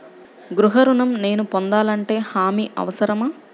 గృహ ఋణం నేను పొందాలంటే హామీ అవసరమా?